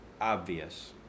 obvious